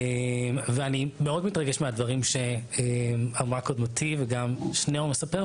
ואני מאוד מתרגש מהדברים שאמרה קודמתי וגם מה ששניאור סיפר,